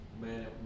Man